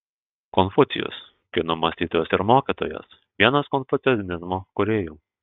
konfucijus kinų mąstytojas ir mokytojas vienas konfucianizmo kūrėjų